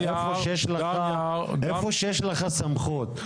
איפה שיש לך סמכות,